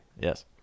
Yes